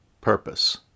purpose